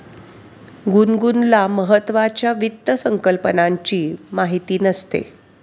गुनगुनला महत्त्वाच्या वित्त संकल्पनांची माहिती नसते